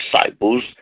disciples